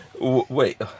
Wait